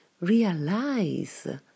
realize